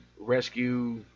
rescue